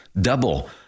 double